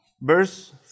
verse